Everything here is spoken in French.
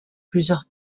plusieurs